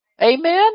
Amen